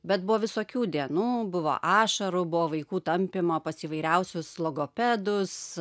bet buvo visokių dienų buvo ašarų buvo vaikų tampymo pas įvairiausius logopedus